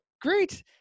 great